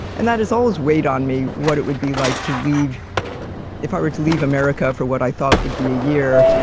and that is all as weighed on me what it would be like to leave if i were to leave america for what i thought would be a year,